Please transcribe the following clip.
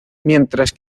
mientras